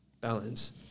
balance